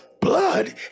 Blood